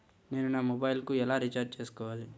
నేను నా మొబైల్కు ఎలా రీఛార్జ్ చేసుకోవాలి?